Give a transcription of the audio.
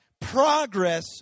Progress